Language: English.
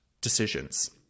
decisions